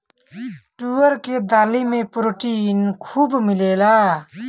तुअर के दाली में प्रोटीन खूब मिलेला